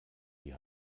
die